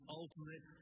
ultimate